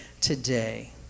today